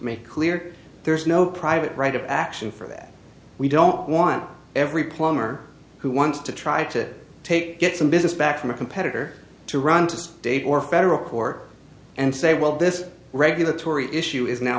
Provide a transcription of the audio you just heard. make clear there's no private right of action for that we don't want every plumber who wants to try to take get some business back from a competitor to run to date or federal court and say well this regulatory issue is now